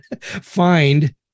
find